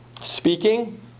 speaking